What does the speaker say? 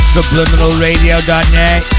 Subliminalradio.net